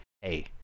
hey